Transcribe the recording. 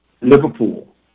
Liverpool